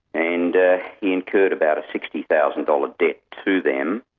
and he incurred about a sixty thousand dollars debt to them,